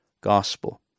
gospel